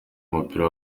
w’umupira